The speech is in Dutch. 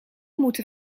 moeten